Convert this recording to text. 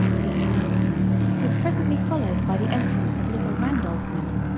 this announcement was presently followed by the entrance of little randolph miller,